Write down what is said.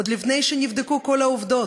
עוד לפני שנבדקו כל העובדות,